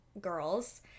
girls